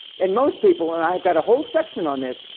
and most people, and i've got a whole section on this,